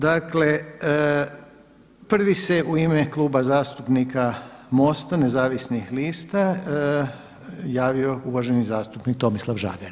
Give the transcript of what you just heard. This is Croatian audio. Dakle prvi se u ime Kluba zastupnika MOST-a nezavisnih lista javio uvaženi zastupnik Tomislav Žagar.